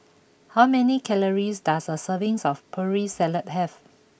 how many calories does a serving of Putri Salad have